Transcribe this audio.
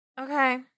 Okay